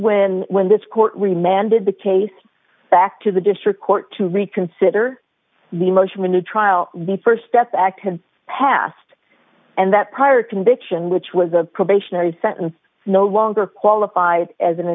when when this court remanded the case back to the district court to reconsider the motion when the trial the st step act has passed and that prior conviction which was a probationary sentence no longer qualified as an